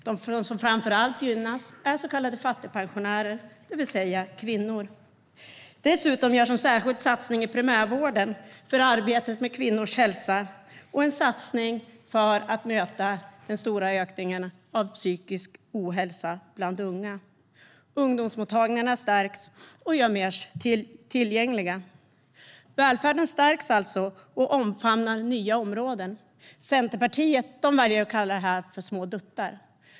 De som framför allt gynnas är så kallade fattigpensionärer, det vill säga kvinnor. Dessutom görs en särskild satsning i primärvården för arbete med kvinnors hälsa och en satsning för att möta den stora ökningen av psykisk ohälsa bland unga. Ungdomsmottagningarna stärks och görs mer tillgängliga. Välfärden stärks alltså och omfamnar nya områden. Centerpartiet väljer att kalla det här för små duttar.